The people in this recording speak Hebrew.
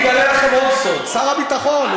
אגלה לכם עוד סוד: שר הביטחון,